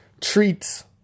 treats